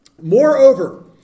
Moreover